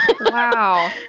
Wow